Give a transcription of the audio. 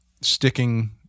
sticking